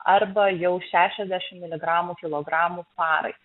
arba jau šešiasdešim miligramų kilogramui parai